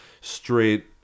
straight